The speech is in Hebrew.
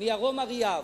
מירום אריאב,